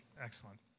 Excellent